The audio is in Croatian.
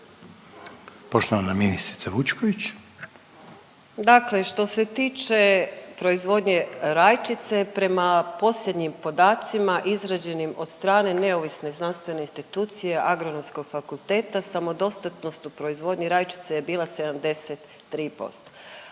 Marija (HDZ)** Dakle, što se tiče proizvodnje rajčice prema posljednjim podacima izrađenim od strane neovisne znanstvene institucije Agronomskog fakulteta samodostatnost u proizvodnji rajčice je bila 73%.